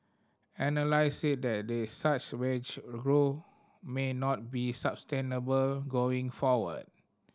analyst said that the such wage growth may not be sustainable going forward